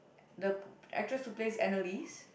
the actress who plays Annalise